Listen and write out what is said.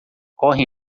correm